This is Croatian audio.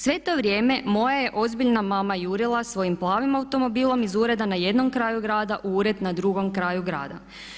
Sve to vrijeme moja je ozbiljna mama jurila svojim automobilom iz ureda na jednom kraju grada u ured na drugom kraju grada.